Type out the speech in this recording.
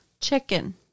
Chicken